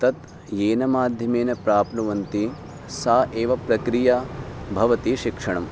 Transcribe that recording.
तत् येन माध्यमेन प्राप्नुवन्ति सा एव प्रक्रिया भवति शिक्षणम्